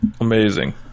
Amazing